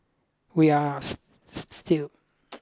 we are still